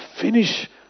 finish